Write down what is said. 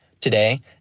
Today